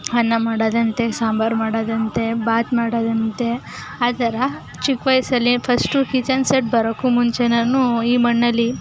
ಅನ್ನ ಮಾಡೋದಂತೆ ಸಾಂಬಾರು ಮಾಡೋದಂತೆ ಬಾತು ಮಾಡೋದಂತೆ ಆ ಥರ ಚಿಕ್ಕ ವಯಸ್ಸಲ್ಲೇ ಫಸ್ಟು ಕಿಚನ್ ಸೆಟ್ ಬರೋಕ್ಕೂ ಮುಂಚೆ ನಾನು ಈ ಮಣ್ಣಲ್ಲಿ